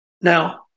Now